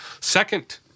Second